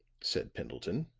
said pendleton,